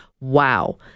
wow